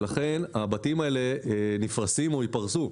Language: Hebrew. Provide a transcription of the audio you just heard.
ולכן הבתים האלה נפרסים או ייפרסו.